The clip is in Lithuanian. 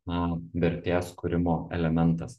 na vertės kūrimo elementas